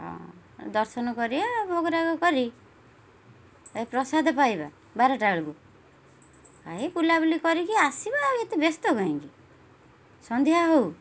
ହଁ ଦର୍ଶନ କରିବା ଭୋଗରାଗ କରି ଏ ପ୍ରସାଦ ପାଇବା ବାରଟା ବେଳକୁ ଭାଇ ବୁଲାବୁଲି କରିକି ଆସିବା ଆଉ ଏତେ ବ୍ୟସ୍ତ କାହିଁକି ସନ୍ଧ୍ୟା ହଉ